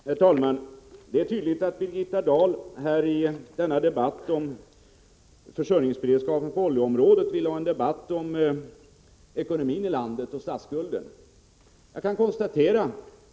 Herr talman! Det är tydligt att Birgitta Dahl i denna debatt om försörjningsberedskapen på oljeområdet också vill föra en debatt om ekonomin i landet och vår statsskuld.